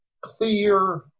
clear